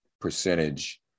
percentage